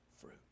fruit